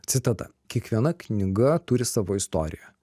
citata kiekviena knyga turi savo istoriją